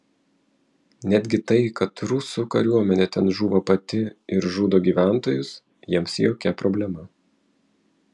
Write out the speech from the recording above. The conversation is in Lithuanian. netgi tai kad rusų kariuomenė ten žūva pati ir žudo gyventojus jiems jokia problema